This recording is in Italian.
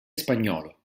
spagnolo